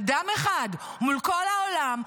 אדם אחד מול כל העולם,